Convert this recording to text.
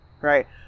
right